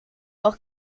auch